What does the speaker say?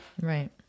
Right